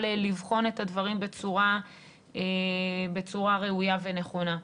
לבחון את הדברים בצורה ראויה ונכונה.